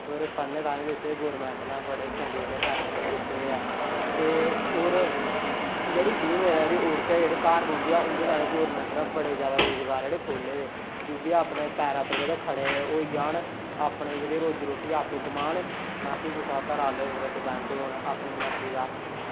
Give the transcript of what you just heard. ते जेह्ड़े पढ़ने ताहीं दित्ते दे गौरमेंट नै बड़ी चंगी तरह कन्नै पैसे दित्ते दे आ होर जेह्ड़ी फीमेल ऐ जेह्ड़ी औरत ऐ घर बौहंदे ऐ उंदे ताहीं गौरमेंट नै बड़े रोज़गार जेह्ड़े खोले दे ऐ की एह्बी अपने पैरे पर जेह्ड़े खड़ोई जान अपनी जेह्ड़ी रोजी रोटी आपूं कमान ना की कुसै घरै आह्ले पर डिपैंड होन अपनी मरज़ी दा